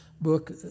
book